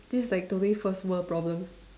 this is like totally first world problem